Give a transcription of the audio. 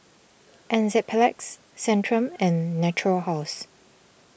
Enzyplex Centrum and Natura House